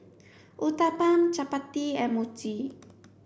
Uthapam Chapati and Mochi